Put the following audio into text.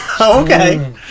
okay